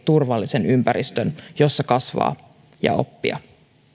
turvallisen ympäristön jossa kasvaa ja oppia